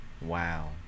wow